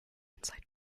insight